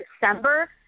December